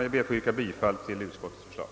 Jag ber att få yrka bifall till utskottets förslag.